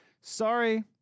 Sorry